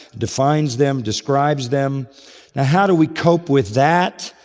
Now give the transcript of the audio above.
defines them, describes them. now how do we cope with that?